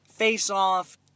face-off